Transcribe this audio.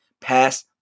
Pass